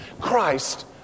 Christ